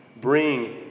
Bring